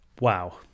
Wow